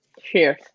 Cheers